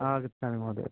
आगच्छामि महोदय